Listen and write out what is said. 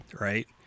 right